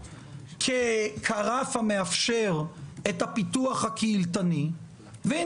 אני אדם שמאוד מאמין בחשיבות החיים הקהילתיים, גם